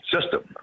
system